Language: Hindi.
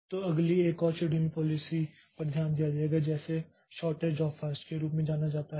तो अगली एक और शेड्यूलिंग पॉलिसी पर ध्यान दिया जाएगा जिसे शौरटैस्ट जॉब फर्स्ट के रूप में जाना जाता है